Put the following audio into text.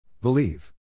Believe